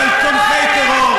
של תומכי טרור.